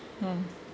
mm